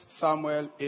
Samuel